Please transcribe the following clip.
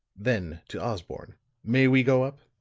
then to osborne may we go up?